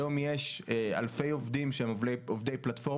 היום יש אלפי עובדים שהם עובדי פלטפורמות,